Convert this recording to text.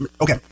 okay